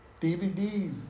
DVDs